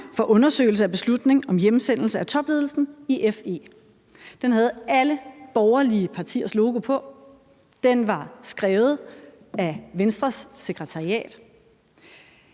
for en undersøgelse af beslutningen om hjemsendelse af topledelsen i FE. Den havde alle borgerlige partiers logo på, og den var skrevet af Venstres sekretariat.